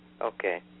Okay